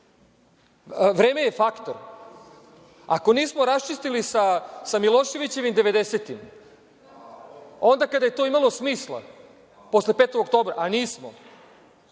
to. Vreme je faktor. Ako nismo raščistili sa Miloševićevim devedesetim onda kada je to imalo smisla posle 5. oktobra, a nismo,